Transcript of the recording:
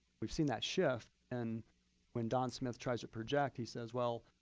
we've seen that shift. and when don smith tries to project, he says, well,